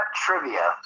trivia